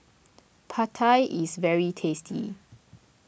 Pad Thai is very tasty